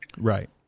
Right